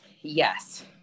Yes